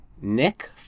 Nick